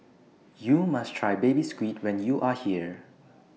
YOU must Try Baby Squid when YOU Are here